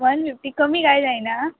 one fifty कमी कांय जायना